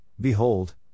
behold